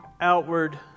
outward